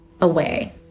away